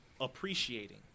appreciating